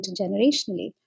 intergenerationally